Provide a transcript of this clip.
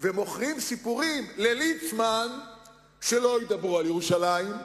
ומוכרים סיפורים לליצמן שלא ידברו על ירושלים,